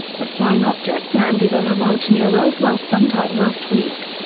the flying object landed on a ranch near roswell sometime last week.